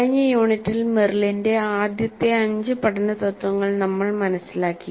കഴിഞ്ഞ യൂണിറ്റിൽ മെറിലിന്റെ ആദ്യത്തെ അഞ്ച് പഠന തത്ത്വങ്ങൾ നമ്മൾ മനസ്സിലാക്കി